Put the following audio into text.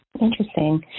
interesting